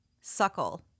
Suckle